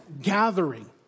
gathering